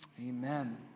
amen